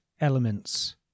elements